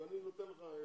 לניר ברקת,